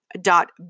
dot